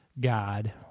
God